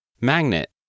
Magnet